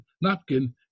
napkin